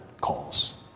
calls